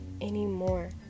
anymore